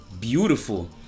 beautiful